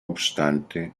obstante